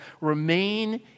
remain